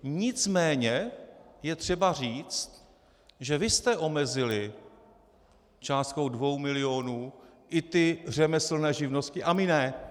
Nicméně je třeba říct, že vy jste omezili částkou dvou milionů i ty řemeslné živnosti a my ne.